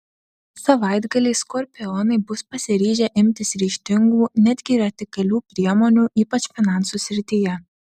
savaitgalį skorpionai bus pasiryžę imtis ryžtingų netgi radikalių priemonių ypač finansų srityje